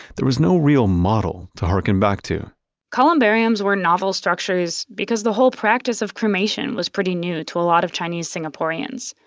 there was no real model to harken back to columbariums were novel structures, because the whole practice of cremation was pretty new to a lot of chinese singaporeans.